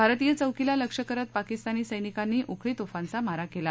भारतीय चौकीला लक्ष्य करत पाकिस्तानी सैनिकांनी उखळी तोफांचा मारा केला